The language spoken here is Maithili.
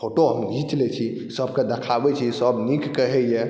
फोटो हम घीचि लै छी सबके देखाबै छी सब नीक कहैए